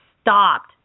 stopped